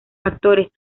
actores